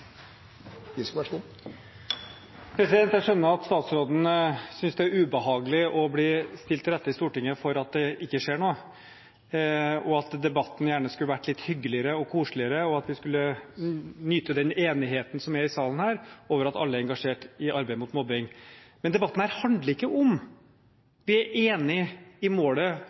Jeg skjønner at statsråden synes det er ubehagelig å bli stilt til rette i Stortinget for at det ikke skjer noe, og at debatten gjerne skulle vært litt hyggeligere og koseligere, og at vi skulle nyte den enigheten som er i salen her over at alle er engasjert i arbeidet mot mobbing. Men debatten her handler ikke om hvorvidt vi er enig i målet: